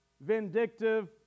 vindictive